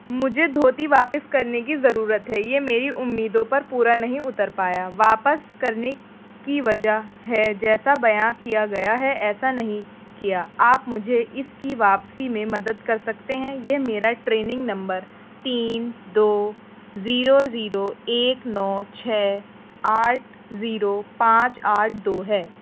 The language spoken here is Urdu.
مجھے دھوتی واپس کرنے کی ضرورت ہے یہ میری امیدوں پر پورا نہیں اتر پایا واپس کرنے کی وجہ ہے جیسا بیاں کیا گیا ہے ایسا نہیں کیا آپ مجھے اس کی واپسی میں مدد کر سکتے ہیں یہ میرا ٹریننگ نمبر تین دو زیرو زیرو ایک نو چھ آٹھ زیرو پانچ آٹھ دو ہے